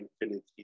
infinity